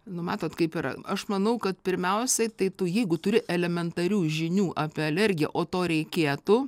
nu matot kaip yra aš manau kad pirmiausiai tai tu jeigu turi elementarių žinių apie alergiją o to reikėtų